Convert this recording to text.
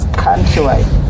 countrywide